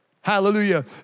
Hallelujah